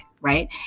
Right